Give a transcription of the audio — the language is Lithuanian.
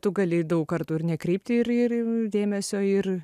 tu gali daug kartų ir nekreipti ir ir dėmesio ir